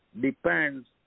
depends